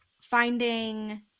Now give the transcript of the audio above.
finding